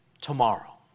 tomorrow